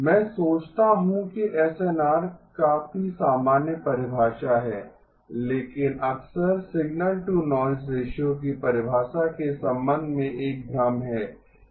मैं सोचता हूँ कि एसएनआर काफी सामान्य परिभाषा है लेकिन अक्सर सिग्नल टू नॉइज़ रेश्यो की परिभाषा के संबंध में एक भ्रम है